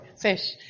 fish